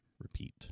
repeat